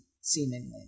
seemingly